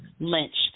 lynched